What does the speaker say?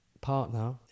partner